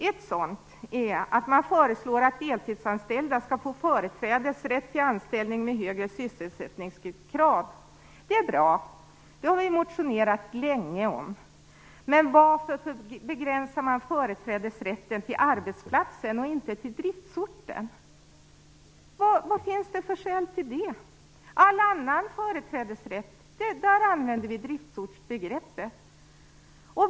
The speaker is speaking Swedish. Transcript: Ett sådant är att man föreslår att deltidsanställda skall få företrädesrätt till anställning med högre sysselsättningsgrad. Det är bra, och det har vi under lång tid motionerat om. Men varför begränsar man företrädesrätten till arbetsplatsen och inte till driftsorten? Vilka är skälen till det? Beträffande all annan företrädesrätt används ju driftsortsbegreppet.